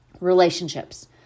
Relationships